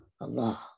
Allah